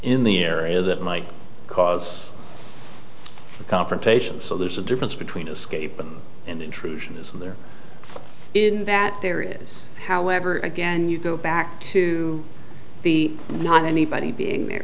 in the area that might cause a confrontation so there's a difference between escape and intrusion isn't there in that there is however again you go back to the not anybody being there